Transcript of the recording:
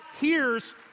hears